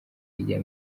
rijya